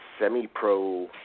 semi-pro